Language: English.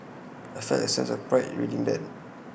I felt A sense of pride reading that